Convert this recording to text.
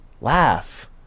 laugh